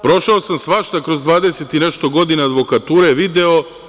Prošao sam svašta kroz 20 i nešto godina advokature, video.